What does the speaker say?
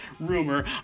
rumor